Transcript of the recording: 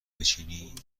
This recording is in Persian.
بچینی